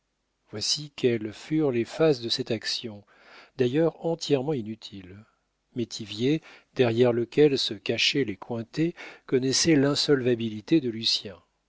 voici quelles furent les phases de cette action d'ailleurs entièrement inutile métivier derrière lequel se cachaient les cointet connaissait l'insolvabilité de lucien